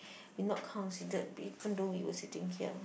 we not considered even though we were sitting here